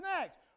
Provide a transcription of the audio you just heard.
next